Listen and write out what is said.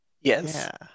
Yes